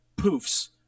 poofs